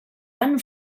tan